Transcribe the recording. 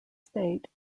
states